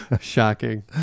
shocking